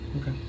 Okay